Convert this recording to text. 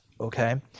okay